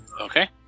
Okay